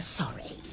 sorry